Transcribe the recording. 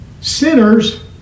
Sinners